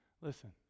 Listen